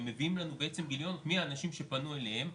הם מביאים לנו בעצם את הפניות של האנשים שפנו אליהם,